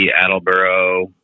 Attleboro